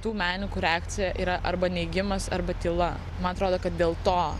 tų menininkų reakcija yra arba neigimas arba tyla man atrodo kad dėl to